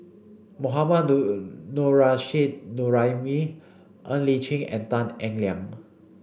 Mohammad Nurrasyid Juraimi Ng Li Chin and Tan Eng Liang